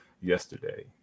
yesterday